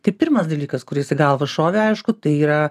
tai pirmas dalykas kuris į galvą šovė aišku tai yra